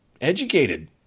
educated